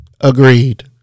Agreed